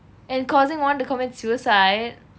and causing one to commit suicide